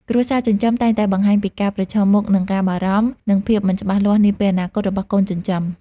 គ្រួសារចិញ្ចឹមតែងតែបង្ហាញពីការប្រឈមមុខនឹងការបារម្ភ និងភាពមិនច្បាស់លាស់នាពេលអនាគតរបស់កូនចិញ្ចឹម។